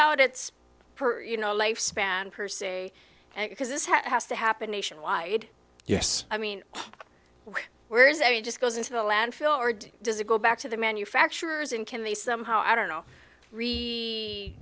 out its per you know life span per se because this has to happen nationwide yes i mean we were saying just goes into the landfill or does it go back to the manufacturers and can they somehow i don't know